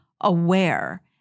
aware